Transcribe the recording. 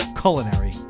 culinary